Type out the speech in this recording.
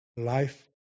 life